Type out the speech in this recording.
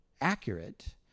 accurate